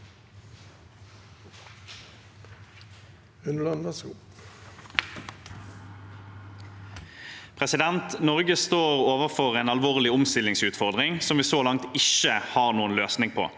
Norge står overfor en alvorlig omstillingsutfordring som vi så langt ikke har noen løsning på.